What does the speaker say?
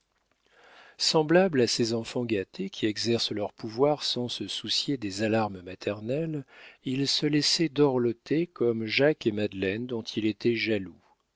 semblable à ces enfants gâtés qui exercent leur pouvoir sans se soucier des alarmes maternelles il se laissait dorloter comme jacques et madeleine dont il était jaloux